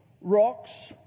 rocks